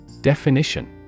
Definition